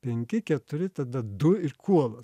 penki keturi tada du ir kuolas